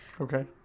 Okay